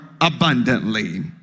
abundantly